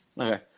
Okay